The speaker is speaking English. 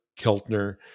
Keltner